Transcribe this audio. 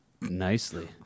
Nicely